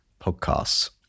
podcasts